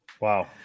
Wow